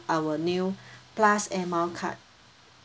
our new plus air mile card